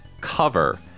cover